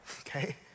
okay